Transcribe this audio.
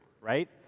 Right